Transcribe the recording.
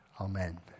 Amen